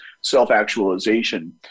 self-actualization